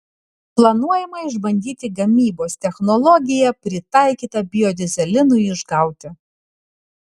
planuojama išbandyti gamybos technologiją pritaikytą biodyzelinui išgauti